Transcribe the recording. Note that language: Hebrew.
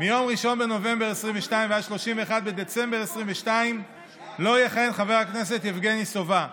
מיום 1 בנובמבר ועד 31 בדצמבר 2022 לא יכהן חבר הכנסת יבגני סובה.